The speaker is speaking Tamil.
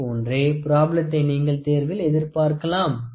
இதேபோன்ற ப்ராப்ளத்தை நீங்கள் தேர்வில் எதிர்பார்க்கலாம்